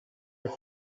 were